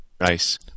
Nice